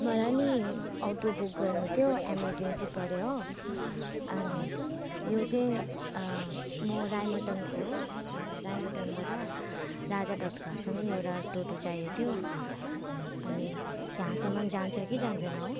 मलाई नि auto book गर्नु थियो इमर्जेन्सी पर्यो हो अनि यो चाहिँ म राइमटाङको हो अन्त राइमटाङबाट राजा भातखावासम्म एउटा टोटो चाहिएको थियो अनि त्यहाँसम्म जान्छ कि जाँदैन हो